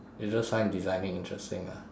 you just find designing interesting lah